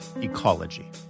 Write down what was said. ecology